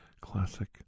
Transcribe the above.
classic